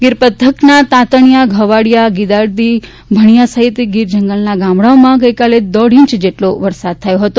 ગીર પંથકના તાંતણીયા ઘવાડીયા ગીદારડી ભણીયા સહિત ગીર જંગલના ગામડાઓમાં દોઢ ઇંચ જેટલો વરસાદ થયો છે